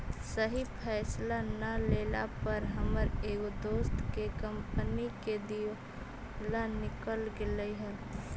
सही फैसला न लेला पर हमर एगो दोस्त के कंपनी के दिवाला निकल गेलई हल